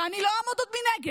ואני לא אעמוד עוד מנגד.